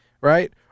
right